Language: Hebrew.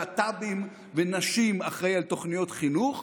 להט"בים ונשים אחראי לתוכניות חינוך,